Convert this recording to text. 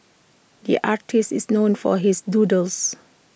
the artist is known for his doodles